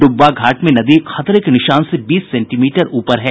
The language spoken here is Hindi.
डुब्बा घाट में नदी खतरे के निशान से बीस सेंटीमीटर ऊपर है